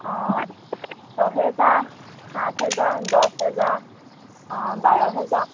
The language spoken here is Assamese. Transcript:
অঁ ছহেজাৰ সাত হেজাৰ দছ হেজাৰ অঁ বাৰ হেজাৰ